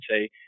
say